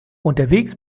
unterwegs